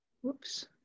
whoops